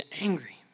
angry